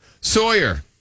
Sawyer